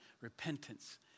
repentance